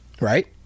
right